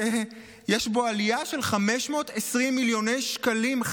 שיש בו עלייה של 520 מיליוני שקלים.